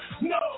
No